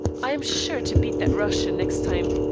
i am sure to beat that russian next time.